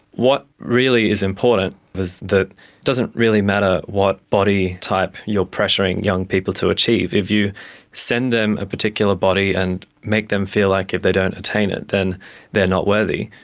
what really is important is that it doesn't really matter what body type you are pressuring young people to achieve, if you send them a particular body and make them feel like if they don't attain it then they're not worthy,